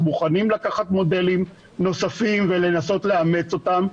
אנחנו מוכנים לקחת מודלים נוספים ולנסות לאמץ אותם.